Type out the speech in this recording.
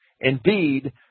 Indeed